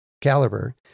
caliber